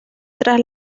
tras